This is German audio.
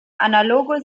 analoge